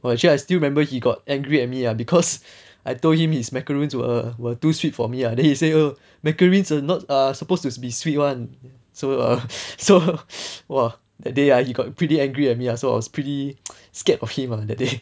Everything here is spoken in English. oh actually I still remember he got angry at me ah because I told him his macaroons were were too sweet for me lah then he say oh macaroons are supposed to be sweet [one] so err so !wah! that day he got pretty angry at me lah so I was pretty scared of him on that day